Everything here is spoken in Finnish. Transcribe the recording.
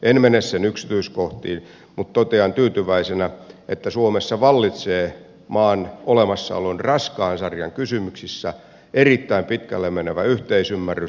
en mene sen yksityiskohtiin mutta totean tyytyväisenä että suomessa vallitsee maan olemassaolon raskaan sarjan kysymyksissä erittäin pitkälle menevä yhteisymmärrys